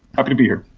happy to be here